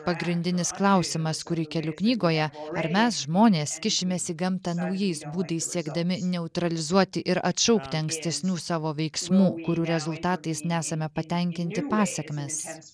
pagrindinis klausimas kurį keliu knygoje ar mes žmonės kišimės į gamtą naujais būdais siekdami neutralizuoti ir atšaukti ankstesnių savo veiksmų kurių rezultatais nesame patenkinti pasekmes